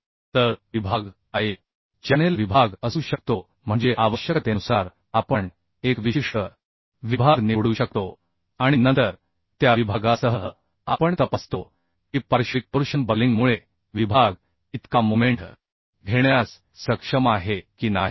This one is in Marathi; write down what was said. तर विभाग I विभाग चॅनेल विभाग असू शकतो म्हणजे आवश्यकतेनुसार आपण एक विशिष्ट विभाग निवडू शकतो आणि नंतर त्या विभागासह आपण तपासतो की पार्श्विक टोर्शन बकलिंगमुळे विभाग इतका मोमेंट घेण्यास सक्षम आहे की नाही